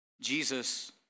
Jesus